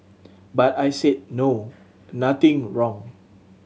but I said no nothing wrong